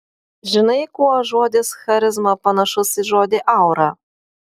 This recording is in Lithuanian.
žinai kuo žodis charizma panašus į žodį aura